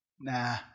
nah